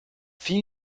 few